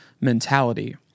mentality